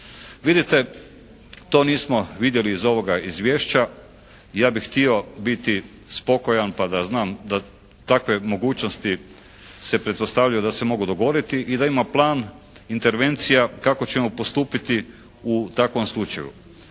Vidite to nismo vidjeli iz ovoga izvješća. Ja bih htio biti spokojan pa da znam da takve mogućnosti se pretpostavljaju da se mogu dogoditi. I da ima plan intervencija kako ćemo postupiti u takvom slučaju.